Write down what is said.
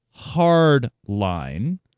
Hardline